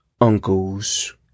uncles